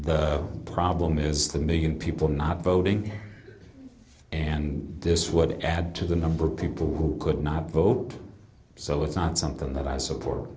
the problem is the million people not voting and this would add to the number of people who could not vote so it's not something that i support